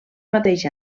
mateix